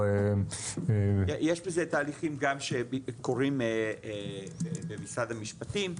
יש בזה תהליכים גם שקורים במשרד המשפטים,